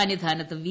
സന്നിധാനത്ത് വി